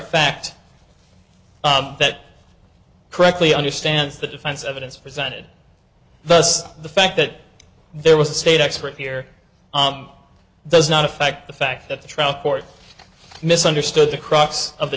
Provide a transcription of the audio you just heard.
or fact that correctly understands the defense evidence presented does the fact that there was a state expert here does not affect the fact that the trial court misunderstood the crux of the